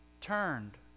turned